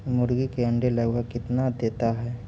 मुर्गी के अंडे लगभग कितना देता है?